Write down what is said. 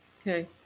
Okay